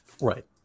Right